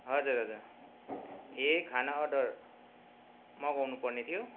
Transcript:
हजुर हजुर ए खाना अर्डर मगाउनु पर्ने थियो